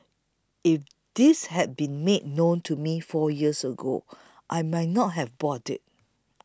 if this had been made known to me four years ago I might not have bought it